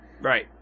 Right